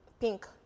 pink